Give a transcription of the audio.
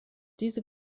diese